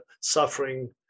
suffering